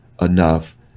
enough